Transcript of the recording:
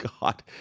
God